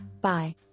Bye